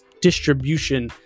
distribution